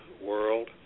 world